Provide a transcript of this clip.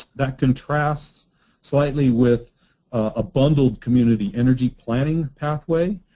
that contrasts slightly with a bundled community energy planning pathway,